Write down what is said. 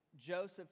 Joseph